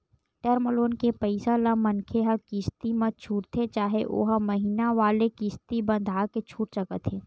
term loan के पइसा ल मनखे ह किस्ती म छूटथे चाहे ओहा महिना वाले किस्ती बंधाके छूट सकत हे